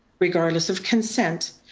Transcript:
regardless of consent,